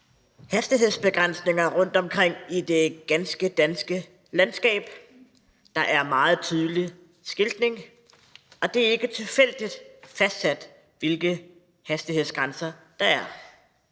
hastighedsbegrænsninger rundtomkring i det ganske danske land. Der er meget tydelig skiltning, og det er ikke tilfældigt fastsat, hvilke hastighedsgrænser der er.